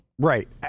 Right